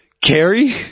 Carrie